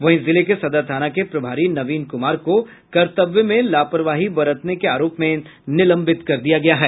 वहीं जिले के सदर थाना के प्रभारी नवीन कुमार को कर्तव्य में लापरवाही बरतने के आरोप में निलंबित कर दिया गया है